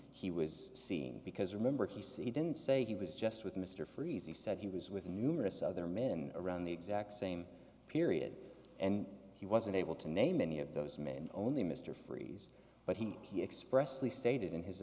he was seeing because remember he said he didn't say he was just with mr freeze he said he was with numerous other men around the exact same period and he wasn't able to name any of those men only mr freeze but he he expressed the stated in his